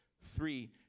three